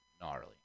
Gnarly